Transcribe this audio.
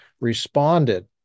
responded